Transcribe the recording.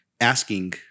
asking